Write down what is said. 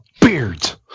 Beards